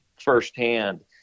firsthand